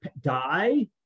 die